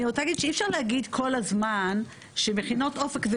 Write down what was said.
אני רוצה להגיד שאי אפשר להגיד כל הזמן שמכינות אופק,